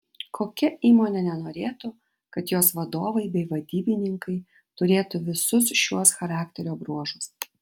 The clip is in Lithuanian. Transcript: kokia įmonė nenorėtų kad jos vadovai bei vadybininkai turėtų visus šiuos charakterio bruožus